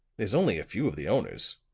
there's only a few of the owners.